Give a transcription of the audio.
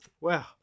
Wow